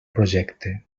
projecte